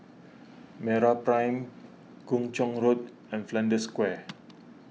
MeraPrime Kung Chong Road and Flanders Square